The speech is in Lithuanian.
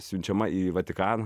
siunčiama į vatikaną